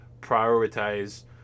prioritize